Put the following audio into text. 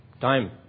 Time